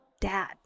dad